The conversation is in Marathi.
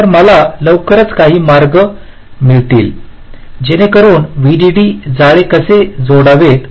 तर मला लवकरच काही मार्ग मिळतील जेणेकरुन व्हीडीडी जाळे कसे जोडावेत